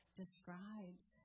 describes